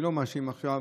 אני לא מאשים עכשיו.